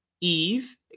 Eve